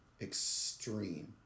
extreme